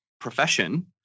profession